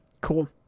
Cool